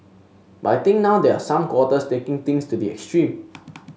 but I think now there are some quarters taking things to the extreme